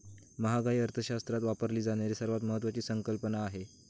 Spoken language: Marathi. महागाई अर्थशास्त्रात वापरली जाणारी सर्वात महत्वाची संकल्पना आहे